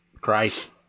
Great